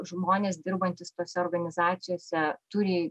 žmonės dirbantys tose organizacijose turi